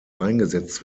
eingesetzt